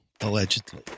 Allegedly